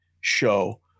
show